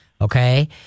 okay